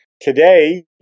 Today